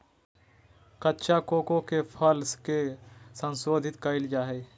कच्चा कोको के फल के संशोधित कइल जा हइ